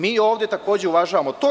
Mi ovde takođe uvažavamo to.